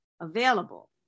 available